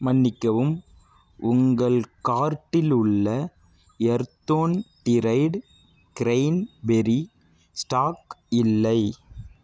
மன்னிக்கவும் உங்கள் கார்ட்டில் உள்ள எர்தோன் டிரைடு கிரைன்பெர்ரி ஸ்டாக் இல்லை